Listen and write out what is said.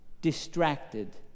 distracted